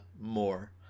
more